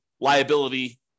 liability